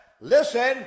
listen